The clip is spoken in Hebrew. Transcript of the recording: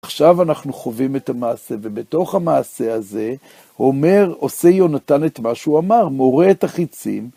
עכשיו אנחנו חווים את המעשה. ובתוך המעשה הזה, אומר, עושה יונתן את מה שהוא אמר, מורה את החיצים.